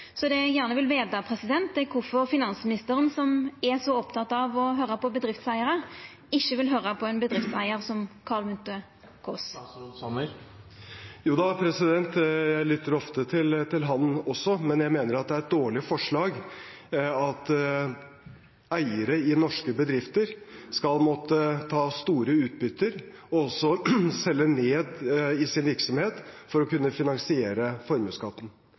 så stor. Det eg gjerne vil veta, er kvifor finansministeren, som er så oppteken av å høyra på bedriftseigarar, ikkje vil høyra på ein bedriftseigar som Karl Munthe-Kaas. Jeg lytter også ofte til ham, men jeg mener det er et dårlig forslag at eiere i norske bedrifter skal måtte ta ut store utbytter og så selge ned i sin virksomhet for å kunne finansiere formuesskatten.